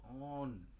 on